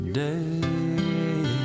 day